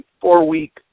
four-week